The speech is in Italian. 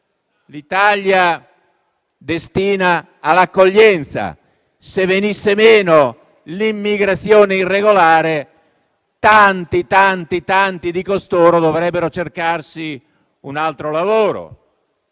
l'Italia destina all'accoglienza. Se venisse meno l'immigrazione irregolare, tanti di costoro dovrebbero cercarsi un altro lavoro.